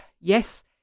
yes